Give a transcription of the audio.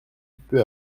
peu